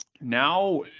now